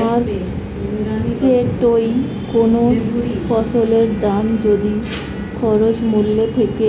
মার্কেটৈ কোন ফসলের দাম যদি খরচ মূল্য থেকে